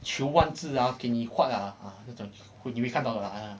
求万字啊给你 huat ah 你会看到的啊 !aiya!